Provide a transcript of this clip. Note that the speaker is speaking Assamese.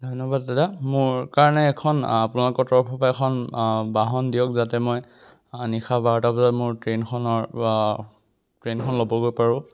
ধন্যবাদ দাদা মোৰ কাৰণে এখন আপোনালোকৰ তৰফৰ পৰা এখন বাহন দিয়ক যাতে মই নিশা বাৰটা বজাত মোৰ ট্ৰেইনখনৰ ট্ৰেইনখন ল'বগৈ পাৰোঁ